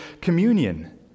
Communion